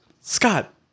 Scott